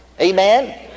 Amen